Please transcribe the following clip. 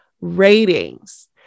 Ratings